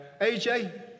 AJ